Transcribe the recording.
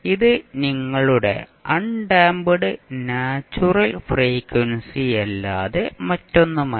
ഇത് നിങ്ങളുടെ undamped natural ഫ്രീക്വൻസിയല്ലാതെ മറ്റൊന്നുമല്ല